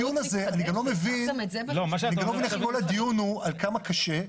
אני גם לא מבין איך כל הדיון הוא על כמה קשה,